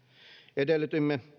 edellytimme